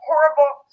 horrible